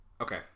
okay